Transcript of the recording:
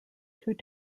five